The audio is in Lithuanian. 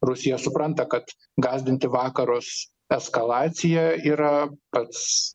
rusija supranta kad gąsdinti vakarus eskalacija yra pats